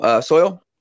soil